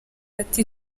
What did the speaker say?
ati